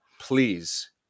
please